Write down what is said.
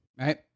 right